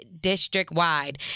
district-wide